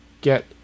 get